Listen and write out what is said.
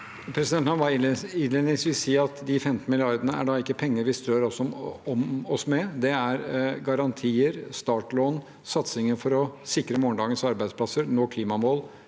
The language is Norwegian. Nå må jeg innledningsvis si at de 15 milliardene ikke er penger vi strør om oss med. Det er garantier, startlån, satsinger for å sikre morgendagens arbeidsplasser og nå klimamål,